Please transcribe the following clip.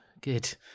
good